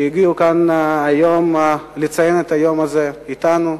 שהגיעו לכאן היום לציין את היום הזה אתנו.